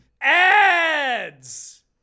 ads